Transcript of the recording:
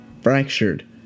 fractured